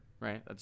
right